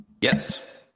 Yes